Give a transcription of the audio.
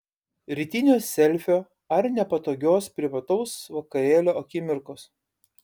rytinio selfio ar nepatogios privataus vakarėlio akimirkos